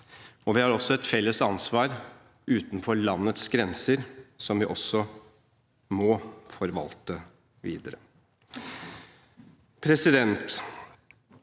Og vi har også et felles ansvar utenfor landets grenser som vi også må forvalte videre.